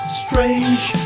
strange